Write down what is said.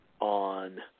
on